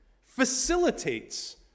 facilitates